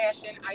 fashion